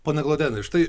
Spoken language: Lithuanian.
pone glodeni štai